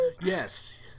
yes